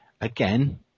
again